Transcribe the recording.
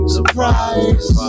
Surprise